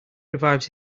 revives